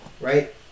right